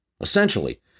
Essentially